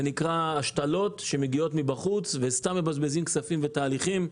זה נקרא השתלות שבאות מבחוץ וסתם מבזבזים כספים ותהליכים.